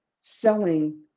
selling